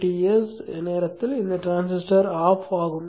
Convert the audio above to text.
Ts நேரத்தில் இந்த transistor off ஆகும்